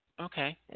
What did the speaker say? Okay